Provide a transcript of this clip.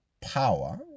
power